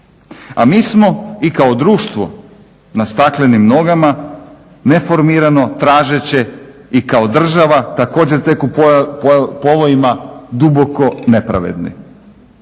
A mi smo i kao društvo na staklenim nogama neformirano tražeće i kao država također tek u povojima duboko nepravedni.